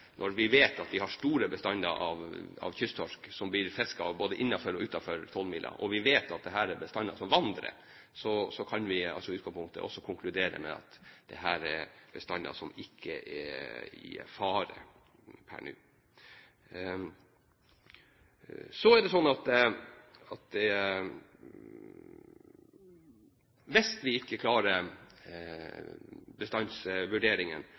vi har store bestander av kysttorsk som blir fisket både innenfor og utenfor tolvmila. Når vi vet at dette er bestander som vandrer, kan vi i utgangspunktet også konkludere med at det er bestander som ikke er i fare nå. Hvis vi ikke klarer bestandsvurderingen, kan det altså fra markedets side komme en reaksjon på den produksjonen og de produktene vi